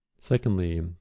secondly